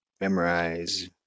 memorize